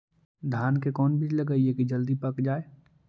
धान के कोन बिज लगईयै कि जल्दी पक जाए?